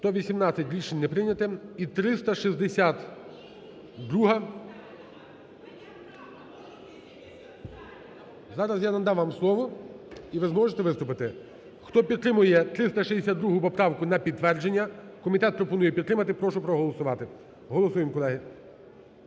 118. Рішення не прийняте. І 362-а? Зараз я надам вам слово і ви зможете виступити. Хто підтримує 362 поправку на підтвердження? Комітет пропонує підтримати. Прошу проголосувати. Голосуємо, колеги.